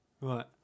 right